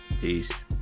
Peace